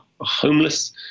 homeless